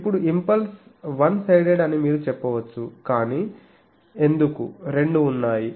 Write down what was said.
ఇప్పుడు impulse one sided అని మీరు చెప్పవచ్చు కానీ ఎందుకు 2 ఉన్నాయి